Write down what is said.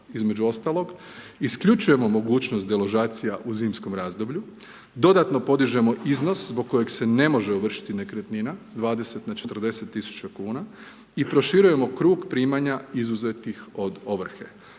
između ostalog isključujemo mogućnost deložacija u zimskom razdoblju, dodatno podižemo iznos zbog kojeg se ne može ovršiti nekretnina s 20 na 40 000 kuna i proširujemo krug primanja izuzetih od ovrhe.